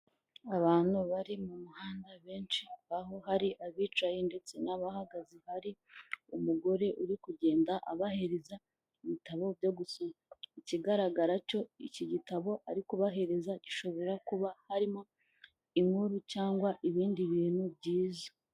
Abantu bari mu muhanda benshi, aho hari abicaye ndetse n'abahagaze, hari umugore uri kugenda abahereza ibitabo, ikigaragara cyo iki gitabo ari kubahereza gishobora kuba harimo inkuru cyangwa ibindi bintu byiza.